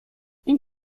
این